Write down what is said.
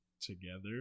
together